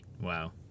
Wow